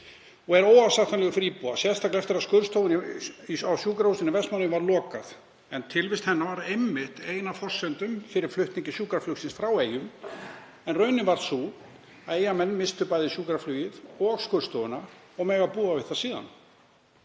og er óásættanlegur fyrir íbúa, sérstaklega eftir að skurðstofunni á sjúkrahúsinu í Vestmannaeyjum var lokað. Tilvist hennar var einmitt ein af forsendum fyrir flutningi sjúkraflugsins frá Eyjum. Raunin varð sú að Eyjamenn misstu bæði sjúkraflugið og skurðstofuna og mega búa við það síðan.